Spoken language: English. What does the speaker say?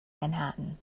manhattan